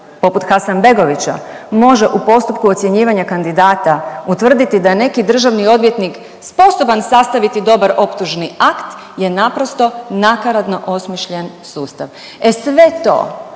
poput Hasanbegovića može u postupku ocjenjivanja kandidata utvrditi da je neki državni odvjetnik sposoban sastaviti dobar optužni akt je naprosto nakaradno osmišljen sustav. E sve to